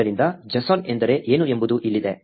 ಆದ್ದರಿಂದ JSON ಎಂದರೆ ಏನು ಎಂಬುದು ಇಲ್ಲಿದೆ